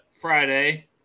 Friday